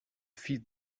feed